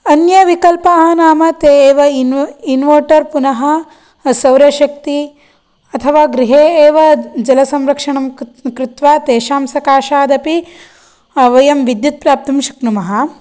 अन्यविकल्पाः नाम ते एव इन्वे इन्वर्टर् पुनः सौरशक्ति अथवा गृहे एव जलसंरक्षणं कृत् कृत्वा तेषां सकाशादपि वयं विद्युत् प्राप्तुं शक्नुमः